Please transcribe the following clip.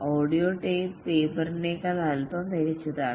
audio tape പേപ്പറിനേക്കാൾ അല്പം മികച്ചതാണ്